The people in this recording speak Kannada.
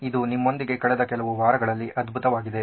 ಇದು ನಿಮ್ಮೊಂದಿಗೆ ಕಳೆದ ಕೆಲವು ವಾರಗಳಲ್ಲಿ ಅದ್ಭುತವಾಗಿದೆ